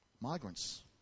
migrants